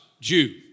Jew